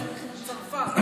תודה רבה.